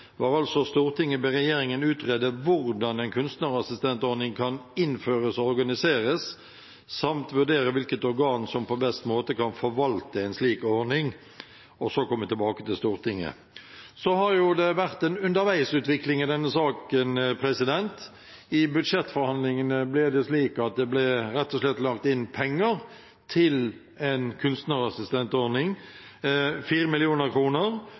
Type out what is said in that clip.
organiseres, samt vurdere hvilket organ som på best måte kan forvalte en slik ordning, og komme tilbake til Stortinget». Det har vært en utvikling underveis i denne saken. I budsjettforhandlingene ble det slik at det rett og slett ble lagt inn penger til en kunstnerassistentordning